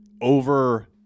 over